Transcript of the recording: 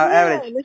average